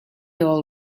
all